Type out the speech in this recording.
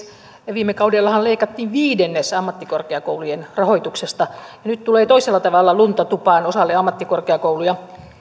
viime kaudellahan leikattiin viidennes ammattikorkeakoulujen rahoituksesta ja nyt tulee toisella tavalla lunta tupaan osalle ammattikorkeakouluja